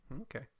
okay